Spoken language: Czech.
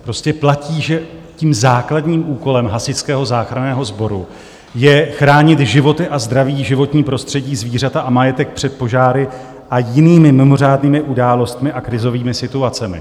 Prostě platí, že základním úkolem Hasičského záchranného sboru je chránit životy a zdraví, životní prostředí, zvířata a majetek před požáry a jinými mimořádnými událostmi a krizovými situacemi.